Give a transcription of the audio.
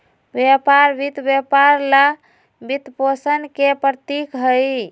व्यापार वित्त व्यापार ला वित्तपोषण के प्रतीक हई,